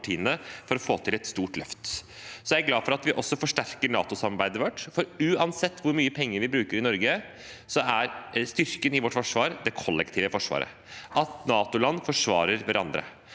for å få til et stort løft. Så er jeg glad for at vi også forsterker NATO-samarbeidet vårt, for uansett hvor mye penger vi bruker i Norge, er styrken i vårt forsvar det kollektive forsvaret – at NATO-land forsvarer hverandre.